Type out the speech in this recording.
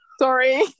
Sorry